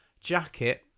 jacket